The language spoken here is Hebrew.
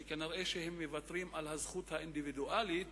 שכנראה מוותרים על הזכות האינדיבידואלית